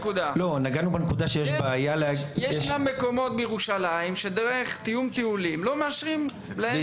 הנקודה היא שישנם מקומות בירושלים שלא מאושרת אליהם